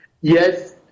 Yes